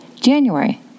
January